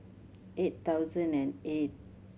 eight thousand and eight